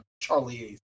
Charlie